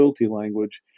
language